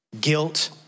guilt